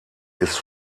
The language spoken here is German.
ist